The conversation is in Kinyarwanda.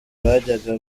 bajyaga